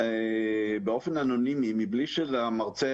בלי שהמרצה